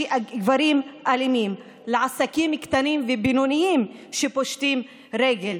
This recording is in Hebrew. על עסקים קטנים ובינוניים שפושטים רגל,